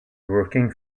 working